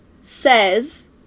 says